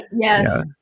yes